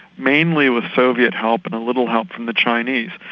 mainly with soviet help and a little help from the chinese.